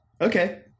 Okay